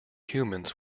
humans